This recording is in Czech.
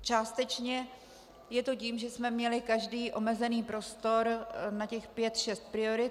Částečně je to tím, že jsme měli každý omezený prostor na těch pět šest priorit.